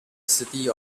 city